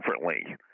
differently